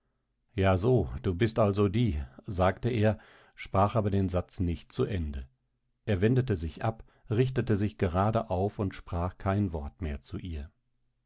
ja so du bist also die sagte er sprach aber den satz nicht zu ende er wendete sich ab richtete sich gerade auf und sprach kein wort mehr zu ihr